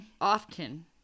often